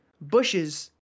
bushes